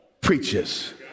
preaches